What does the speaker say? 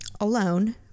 alone